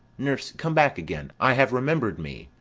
nurse, come back again i have rememb'red me,